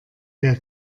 der